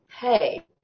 hey